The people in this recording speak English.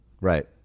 Right